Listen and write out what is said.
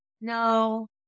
no